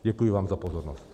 Děkuji vám za pozornost.